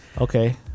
Okay